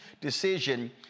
decision